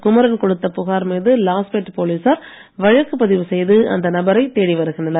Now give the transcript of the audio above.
குமரன் கொடுத்த புகார் மீது லாஸ்பேட் போலீசார் வழக்குப்பதிவு செய்து அந்த நபரை தேடி வருகின்றனர்